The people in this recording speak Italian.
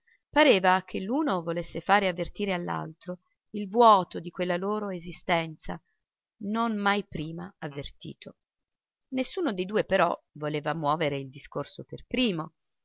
pareva che l'uno volesse fare avvertire all'altro il vuoto di quella loro esistenza non mai prima avvertito nessuno dei due però voleva muovere il discorso per il primo